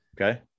Okay